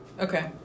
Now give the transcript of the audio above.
Okay